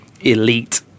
elite